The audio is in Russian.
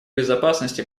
безопасности